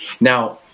Now